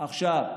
עכשיו,